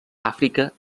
àfrica